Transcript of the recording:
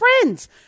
friends